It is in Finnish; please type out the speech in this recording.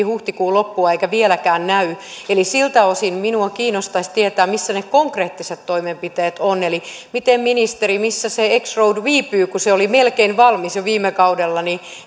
huhtikuun loppua eikä vieläkään näy siltä osin minua kiinnostaisi tietää missä ne konkreettiset toimenpiteet ovat eli ministeri missä se kymmenen road viipyy kun se oli melkein valmis jo viime kaudella